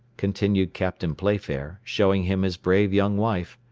continued captain playfair, showing him his brave young wife.